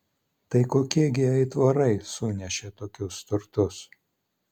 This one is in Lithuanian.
tai kokie gi aitvarai sunešė tokius turtus